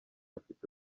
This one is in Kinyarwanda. afite